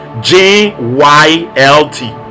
j-y-l-t